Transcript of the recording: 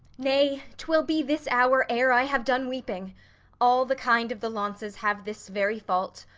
nay, twill be this hour ere i have done weeping all the kind of the launces have this very fault.